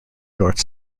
north